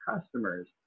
customers